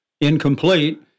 incomplete